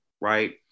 right